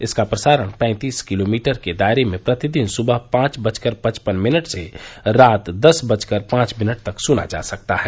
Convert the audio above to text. इसका प्रसारण पैंतीस किलोमीटर के दायरे में प्रतिदिन सुबह पांच बजकर पचपन मिनट से रात दस बजकर पांच मिनट तक सुना जा सकता है